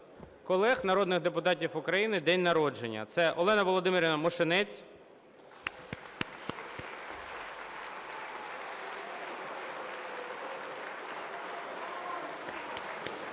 колег народних депутатів день народження – це Олена Володимирівна Мошенець,